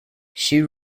she